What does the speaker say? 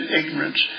ignorance